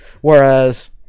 Whereas